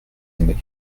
aimez